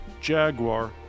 Jaguar